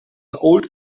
old